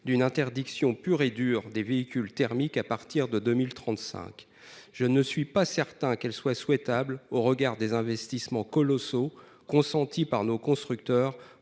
d'une interdiction pure et dure des véhicules thermiques à partir de 2035. Je ne suis pas certain qu'elle soit souhaitable au regard des investissements colossaux consentis par nos constructeurs